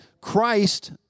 Christ